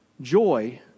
joy